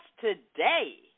today